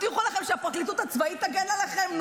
הבטיחו לכם שהפרקליטות הצבאית תגן עליכם?